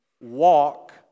walk